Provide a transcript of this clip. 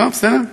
בסדר?